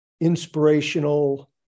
inspirational